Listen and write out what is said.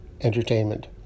entertainment